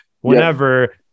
whenever